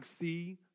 see